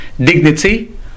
dignity